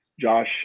josh